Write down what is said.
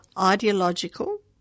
ideological